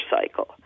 cycle